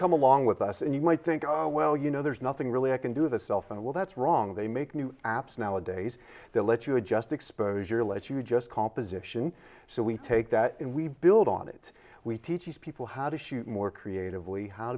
come along with us and you might think oh well you know there's nothing really i can do the cell phone well that's wrong they make new apps nowadays they'll let you adjust exposure let you just composition so we take that we build on it we teach people how to shoot more creatively how